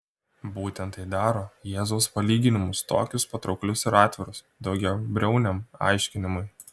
būtent tai daro jėzaus palyginimus tokius patrauklius ir atvirus daugiabriauniam aiškinimui